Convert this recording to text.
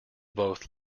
both